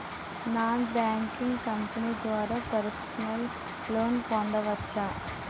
Non banking company ద్వారా personal loan పొందవచ్చా?